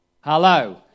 Hello